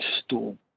stool